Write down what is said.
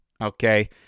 okay